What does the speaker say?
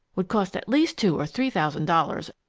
would cost at least two or three thousand dollars,